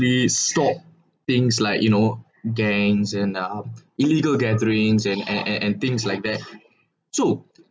stop things like you know gangs and uh illegal gatherings and and and and things like that so